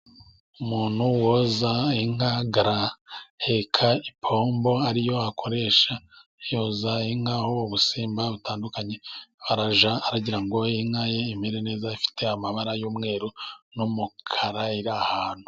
Umuntu woza inka araheka ipombo ariyo akoresha yoza inka ho ubusimba butandukanye, arajya agira ngo inka ye imere neza ifite amabara y'umweru n'umukara iri ahantu.